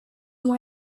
why